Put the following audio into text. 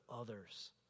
others